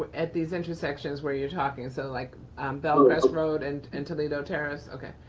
at these intersections where you're talking, so like bellcrest road and and toledo terrace, okay.